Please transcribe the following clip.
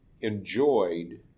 enjoyed